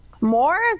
More